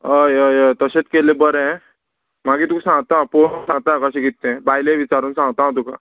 हय हय हय तशेंच केल्लें बरें मागीर तुका सांगता हांव पळोवन सांगतां कशें कितें बायलें विचारून सांगता हांव तुका